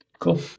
Cool